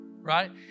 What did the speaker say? right